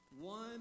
One